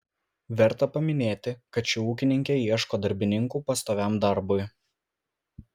verta paminėti kad ši ūkininkė ieško darbininkų pastoviam darbui